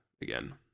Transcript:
again